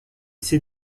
s’est